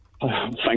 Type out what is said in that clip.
Thank